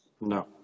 No